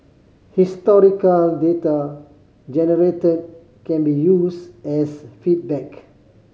historical data generated can be used as feedback